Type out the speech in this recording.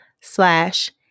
slash